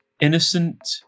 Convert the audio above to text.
innocent